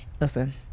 Listen